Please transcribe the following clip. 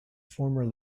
former